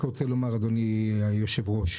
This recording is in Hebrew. אדוני היושב-ראש,